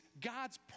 God's